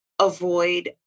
avoid